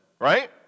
right